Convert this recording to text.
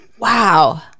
Wow